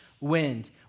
wind